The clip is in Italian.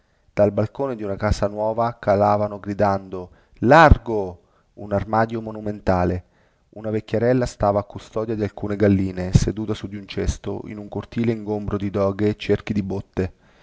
dal balcone di una casa nuova calavano gridando largo un armadio monumentale una vecchierella stava a custodia di alcune galline seduta su di un cesto in un cortile ingombro di doghe e cerchi di botte